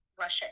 Russia